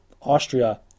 austria